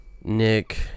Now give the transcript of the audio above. Nick